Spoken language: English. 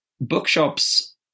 bookshops